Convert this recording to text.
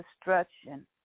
destruction